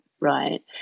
right